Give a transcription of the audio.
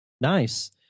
Nice